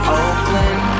Oakland